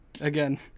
again